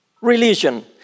Religion